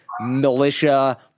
militia